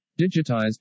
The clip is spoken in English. Digitized